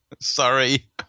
sorry